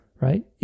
right